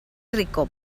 rico